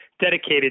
dedicated